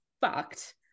fucked